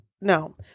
No